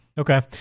Okay